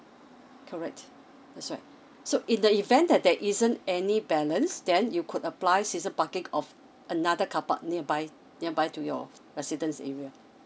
correct that's right so in the event that there isn't any balance then you could apply season parking of another carpark nearby nearby to your residence area